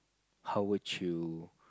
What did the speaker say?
how would you